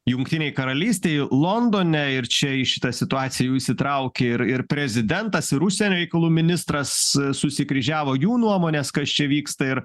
jungtinėj karalystėj londone ir čia į šitą situaciją jau įsitraukė ir ir prezidentas ir užsienio reikalų ministras susikryžiavo jų nuomonės kas čia vyksta ir